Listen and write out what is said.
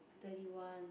thirty one